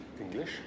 English